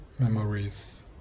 Memories